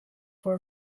for